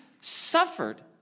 suffered